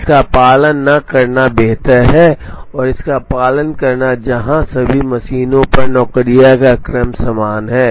इसका पालन न करना बेहतर है और इसका पालन करना जहां सभी मशीनों पर नौकरियों का क्रम समान है